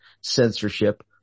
censorship